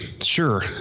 sure